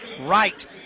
right